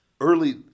Early